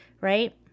right